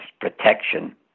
protection